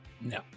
No